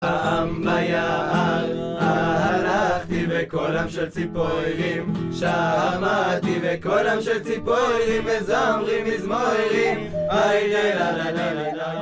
העם ביער הלכתי וכל עם של ציפורים שמעתי וכל עם של ציפורים מזמרים מזמורים